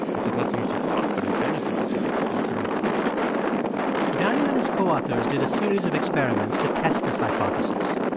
it's it's not so much a cost but a benefit that they get to build their own furniture daniel and his coauthors did a series of experiments to test this hypothesis.